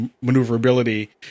maneuverability